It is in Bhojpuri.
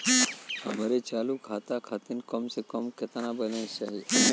हमरे चालू खाता खातिर कम से कम केतना बैलैंस चाही?